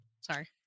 Sorry